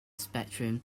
spectrum